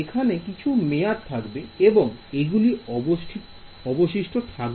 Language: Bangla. এখানে কিছু মেয়াদ থাকবে এখানে এগুলি অবশিষ্ট থাকবে